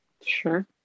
Sure